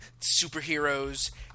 superheroes